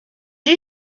you